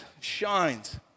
shines